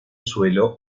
suelo